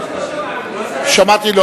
שמעתי.